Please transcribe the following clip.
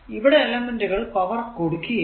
ഇവിടെ എലെമെന്റുകൾ പവർ കൊടുക്കുകയാണ്